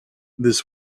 this